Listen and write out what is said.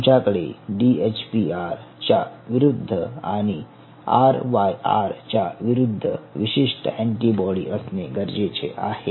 तुमच्याकडे डीएचपीआर त्या विरुद्ध आणि आरवायआर च्या विरुद्ध विशिष्ट अँटीबॉडी असणे गरजेचे आहे